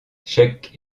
chaque